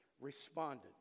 responded